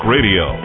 Radio